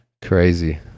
crazy